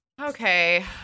okay